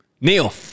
Neil